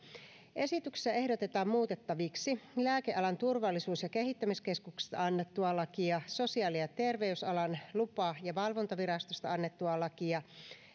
esityksessä ehdotetaan muutettaviksi lääkealan turvallisuus ja kehittämiskeskuksesta annettua lakia sosiaali ja terveysalan lupa ja valvontavirastosta annettua lakia